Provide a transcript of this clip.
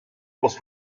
was